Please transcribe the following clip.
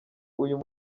uyu